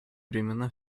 времена